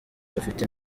bafite